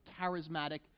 charismatic